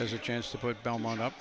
as a chance to put belmont up